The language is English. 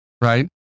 right